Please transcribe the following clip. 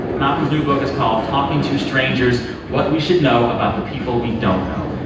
malcolm's new book is called talking to strangers what we should know about the people we don't know.